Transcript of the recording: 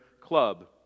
club